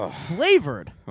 Flavored